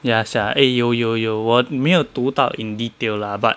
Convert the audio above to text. ya sia eh 有有我没有读到 in detail lah but